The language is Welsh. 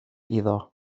iddo